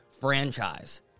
franchise